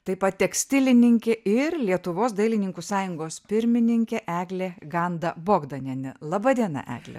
taip pat tekstilininkė ir lietuvos dailininkų sąjungos pirmininkė eglė ganda bogdanienė laba diena egle